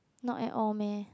not at all meh